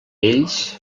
ells